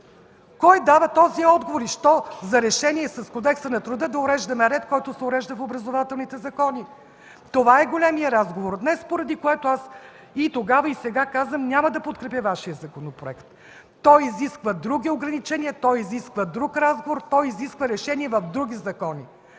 Кой дава тези отговори? Що за решение е да уреждаме с Кодекса на труда ред, който се урежда в образователните закони? Това е големият разговор днес, поради което аз и тогава, и сега казвам, че няма да подкрепя Вашия законопроект. Той изисква други ограничения, той изисква друг разговор, той изисква решения в други закони.